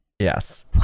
Yes